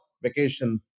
vacation